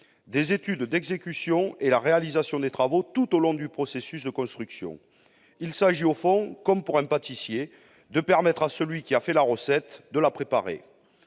les études d'exécution jusqu'à la réalisation des travaux et tout au long du processus de construction. Il s'agit, au fond, comme pour un pâtissier, de permettre à celui qui a fait la recette de la préparer.